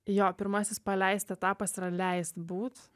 jo pirmasis paleist etapas yra leist būt